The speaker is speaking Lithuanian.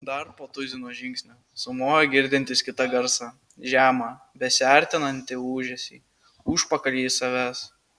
dar po tuzino žingsnių sumojo girdintis kitą garsą žemą besiartinantį ūžesį užpakalyje savęs